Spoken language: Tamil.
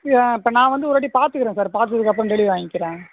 அப்போ நான் வந்து ஒருவாட்டி பார்த்துக்குறேன் சார் பார்த்ததுக்கு அப்புறம் டெலிவரி வாங்கிக்கிறேன்